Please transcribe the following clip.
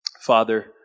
Father